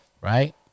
Right